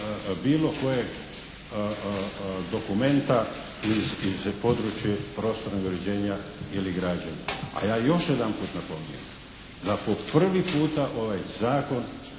bilo kojeg dokumenta iz područja prostornog uređenja ili građenja. A ja još jedanput napominjem da po prvi puta ovaj zakon